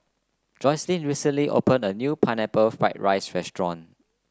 Jocelyne recently opened a new Pineapple Fried Rice restaurant